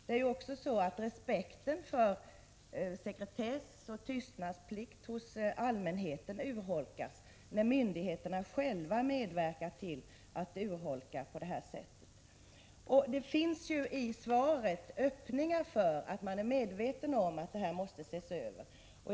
Det är ju också så att respekten för sekretess och tystnadsplikt hos allmänheten urholkas när myndigheterna själva förfar på det här sättet. I svaret verkar man medveten om att det här måste ses över.